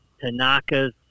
Tanaka's